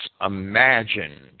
imagined